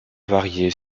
varier